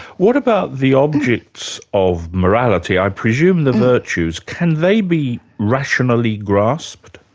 what about the objects of morality? i presume the virtues, can they be rationally grasped?